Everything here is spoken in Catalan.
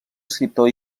escriptor